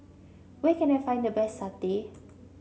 where can I find the best satay